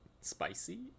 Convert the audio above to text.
spicy